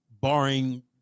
Barring